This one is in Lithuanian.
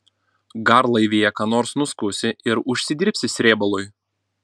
garlaivyje ką nors nuskusi ir užsidirbsi srėbalui